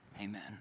amen